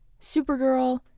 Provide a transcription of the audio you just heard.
supergirl